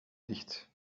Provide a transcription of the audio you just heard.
dicht